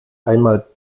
einmal